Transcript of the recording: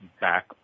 back